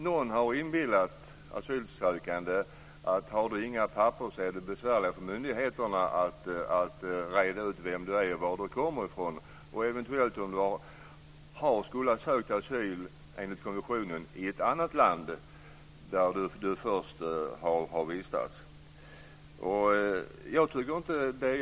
Någon har inbillat den asylsökande om att det blir besvärligare för myndigheterna att reda ut vem man är, varifrån man kommer och eventuellt om man skulle ha sökt asyl enligt konventionen i ett annat land där man först har vistats om man inte har några papper.